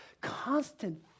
constant